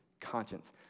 conscience